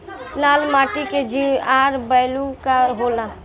लाल माटी के जीआर बैलू का होला?